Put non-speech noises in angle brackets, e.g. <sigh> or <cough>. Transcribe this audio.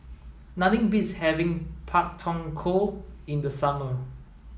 <unintelligible> beats having Pak Thong Ko in the summer